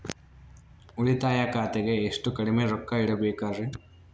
ಉಳಿತಾಯ ಖಾತೆಗೆ ಎಷ್ಟು ಕಡಿಮೆ ರೊಕ್ಕ ಇಡಬೇಕರಿ?